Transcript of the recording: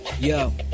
Yo